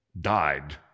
died